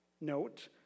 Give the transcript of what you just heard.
note